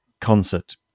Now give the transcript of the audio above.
concert